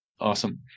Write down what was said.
Awesome